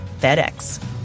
FedEx